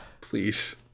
Please